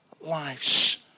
lives